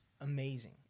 amazing